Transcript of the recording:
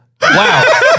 Wow